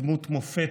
דמות מופת,